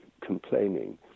complaining